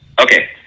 Okay